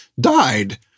died